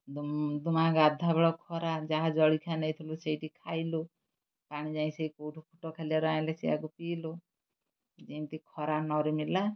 ଦୁମ୍ଦୁମା ଗାଧୁଆ ବେଳ ଖରା ଯାହା ଜଳିଖିଆ ନେଇଥିଲୁ ସେଇଠି ଖାଇଲୁ ପାଣି ଯାଇ ସେଇ କୋଉଠୁ ଫୁଟ ଖାଲିଆରୁ ଆଣିଲେ ସିଇଆକୁ ପିଇଲୁ ଯେମିତି ଖରା ନରମିଲା